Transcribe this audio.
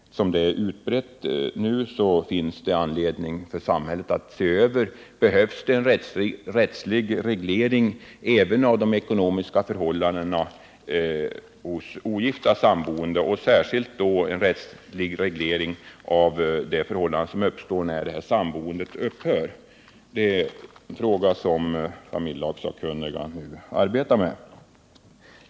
Eftersom det nu är ett vanligt samboendeförhållande finns det anledning för samhället att se över frågan, huruvida det behövs en rättslig reglering av de ekonomiska förhållandena även hos ogifta samboende, och särskilt då en rättslig reglering av de förhållanden som uppstår när samboendet upphör. Detta är en fråga som familjelagssakkunniga nu arbetar med.